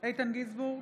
איתן גינזבורג,